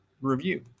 review